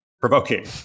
provoking